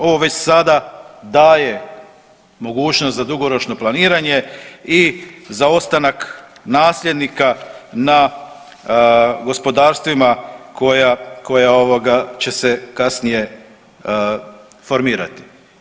Ovo već sada daje mogućnost za dugoročno planiranje i za ostanak nasljednika na gospodarstvima koja će se kasnije formirati.